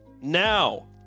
Now